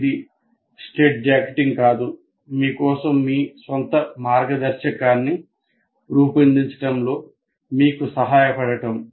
ఇది స్ట్రైట్జాకెటింగ్ కాదు మీ కోసం మీ స్వంత మార్గదర్శకాన్ని రూపొందించడంలో మీకు సహాయపడటం